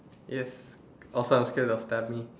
yes also I was scared they will stab me